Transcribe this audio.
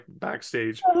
backstage